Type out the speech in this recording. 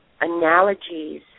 analogies